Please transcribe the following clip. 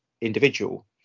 individual